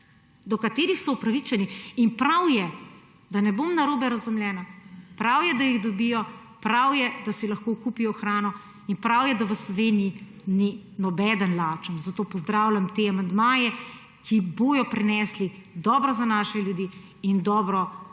do katerih so upravičeni. In prav je, da ne bom narobe razumljena, prav je, da jih dobijo, prav je, da si lahko kupijo hrano, in prav je, da v Sloveniji ni nobeden lačen. Zato pozdravljam te amandmaje, ki bodo prinesli dobro za naše ljudi in dobro za